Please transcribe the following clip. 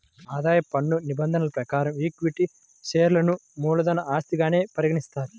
ఆదాయ పన్ను నిబంధనల ప్రకారం ఈక్విటీ షేర్లను మూలధన ఆస్తిగానే పరిగణిస్తారు